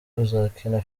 uzakina